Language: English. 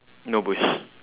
no bush